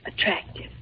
attractive